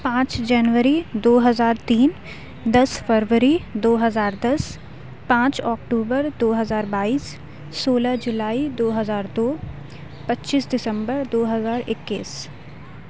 پانچ جنوری دو ہزار تین دس فروری دو ہزار دس پانچ اکتوبر دو ہزار بائیس سولہ جولائی دو ہزار دو پچیس دسمبر دو ہزار اکیس